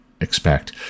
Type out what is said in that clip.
expect